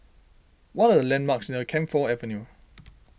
what are the landmarks near Camphor Avenue